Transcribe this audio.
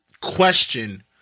question